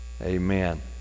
amen